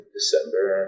December